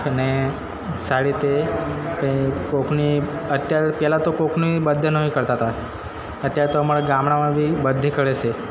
અને સારી રીતે કંઇ કોઈકની અત્યારે પહેલાં તો કોઈકની બર્થડેનો એ કરતા હતા અત્યારે તો અમારાં ગામડામાં બી બડ્ડે કરે છે